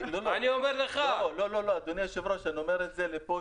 2022. אתה יכול להעלות את זה להצבעה.